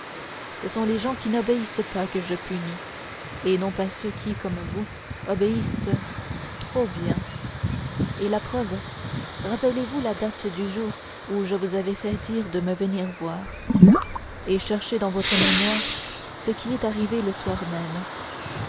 ce sont les gens qui n'obéissent pas que je punis et non pas ceux qui comme vous obéissent trop bien et la preuve rappelez-vous la date du jour où je vous avais fait dire de me venir voir et cherchez dans votre mémoire ce qui est arrivé le soir même